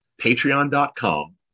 patreon.com